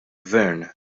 gvern